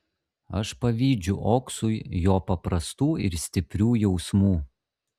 aš pavydžiu oksui jo paprastų ir stiprių jausmų